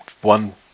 one